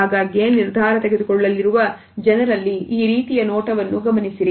ಆಗಾಗೆ ನಿರ್ಧಾರ ತೆಗೆದುಕೊಳ್ಳಲಿರುವ ಜನರಲ್ಲಿ ಈ ರೀತಿಯ ನೋಟವನ್ನು ಗಮನಿಸಿರಿ